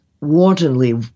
wantonly